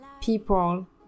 people